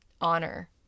honor